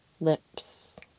lips